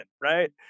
right